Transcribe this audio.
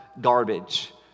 garbage